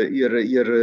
ir ir